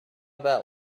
about